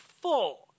full